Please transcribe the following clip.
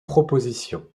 propositions